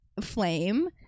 flame